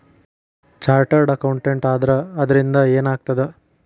Chartered accountant ಆದ್ರ ಅದರಿಂದಾ ಏನ್ ಆಗ್ತದ?